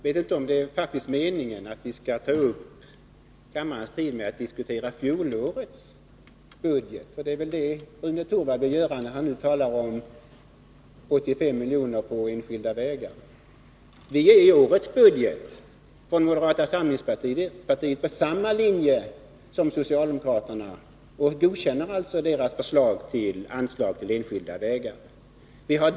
Herr talman! Jag vet inte om det är meningen att vi skall ta upp kammarens tid med diskussion om fjolårets budget. Det är väl det som Rune Torwald vill göra när han talar om att spara 85 milj.kr. på enskilda vägar. När det gäller årets budget befinner sig moderata samlingspartiet på samma linje som socialdemokraterna och godkänner alltså deras förslag om anslag till enskilda vägar.